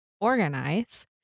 organize